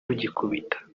rugikubita